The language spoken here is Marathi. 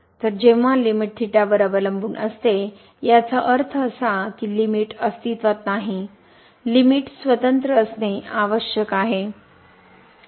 तर जेव्हा लिमिट वर अवलंबून असते याचा अर्थ असा की लिमिट अस्तित्वात नाही लिमिट स्वतंत्र असणे आवश्यक आहे